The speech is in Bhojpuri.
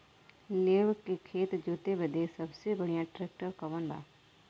लेव के खेत जोते बदे सबसे बढ़ियां ट्रैक्टर कवन बा?